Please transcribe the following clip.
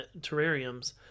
terrariums